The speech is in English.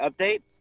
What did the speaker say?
update